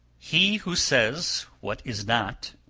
he who says what is not,